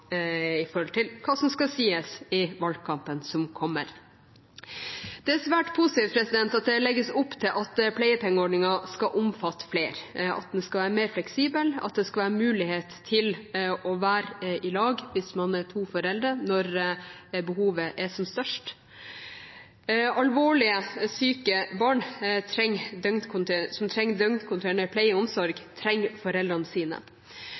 hva som skal sies i valgkampen som kommer. Det er svært positivt at det legges opp til at pleiepengeordningen skal omfatte flere, at den skal være mer fleksibel, og at det skal være mulig å være i lag som to foreldre når behovet er som størst. Alvorlig syke barn som trenger døgnkontinuerlig pleie og omsorg, trenger foreldrene sine.